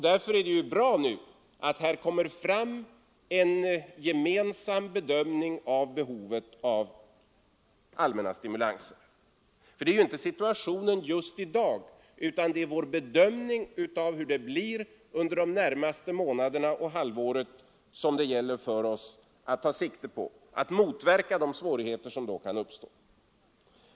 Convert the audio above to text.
Därför är det bra att här kommer fram en gemensam bedömning av behovet av allmänna stimulanser. Det är ju inte situationen just i dag, utan det är vår bedömning av utvecklingen under de närmaste månaderna och det närmaste halvåret, som det gäller att ta sikte på för att motverka de svårigheter som kan uppstå.